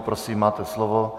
Prosím, máte slovo.